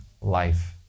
life